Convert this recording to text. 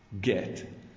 Get